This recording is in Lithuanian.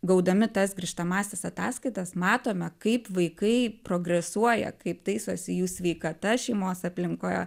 gaudami tas grįžtamąsias ataskaitas matome kaip vaikai progresuoja kaip taisosi jų sveikata šeimos aplinkoje